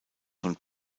von